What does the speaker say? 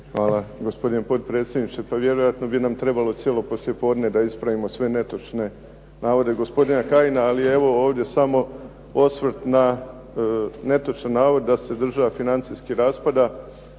Hvala gospodine potpredsjedniče, pa vjerojatno bi nam trebalo cijelo poslijepodne da ispravimo sve netočne navode gospodina Kajina, ali evo ovdje samo osvrt na netočan navod da se država financijski raspada